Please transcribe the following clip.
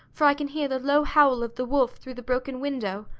for i can hear the low howl of the wolf through the broken window.